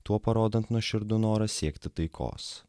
tuo parodant nuoširdų norą siekti taikos